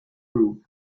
root